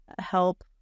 help